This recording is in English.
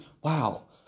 wow